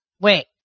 Wait